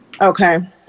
Okay